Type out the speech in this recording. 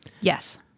Yes